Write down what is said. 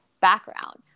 background